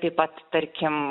taip pat tarkim